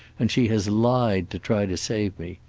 and she has lied to try to save me.